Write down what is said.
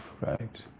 right